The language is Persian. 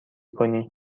کنی